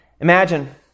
Imagine